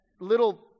little